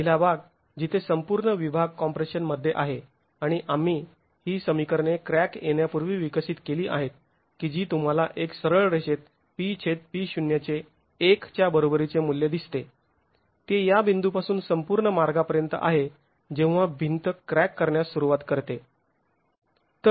पहिला भाग जिथे संपूर्ण विभाग कॉम्प्रेशन मध्ये आहे आणि आम्ही ही समीकरणे क्रॅक येण्यापूर्वी विकसित केली आहेत की जी तुम्हाला एक सरळ रेषेत PP0 चे १ च्या बरोबरीचे मूल्य दिसते ते या बिंदूपासून संपूर्ण मार्गापर्यंत आहे जेव्हा भिंत क्रॅक करण्यास सुरुवात करते